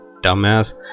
dumbass